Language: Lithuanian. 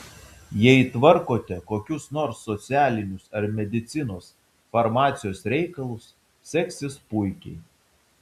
jei tvarkote kokius nors socialinius ar medicinos farmacijos reikalus seksis puikiai